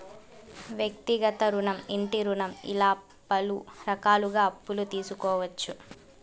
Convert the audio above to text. వ్యక్తిగత రుణం ఇంటి రుణం ఇలా పలు రకాలుగా అప్పులు తీసుకోవచ్చు